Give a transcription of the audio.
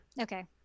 okay